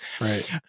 Right